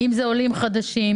אם זה עולים חדשים,